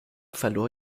verlor